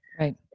right